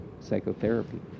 psychotherapy